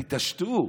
תתעשתו,